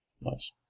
nice